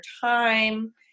time